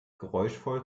geräuschvoll